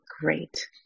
Great